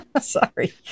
Sorry